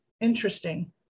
interesting